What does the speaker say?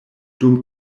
dum